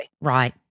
Right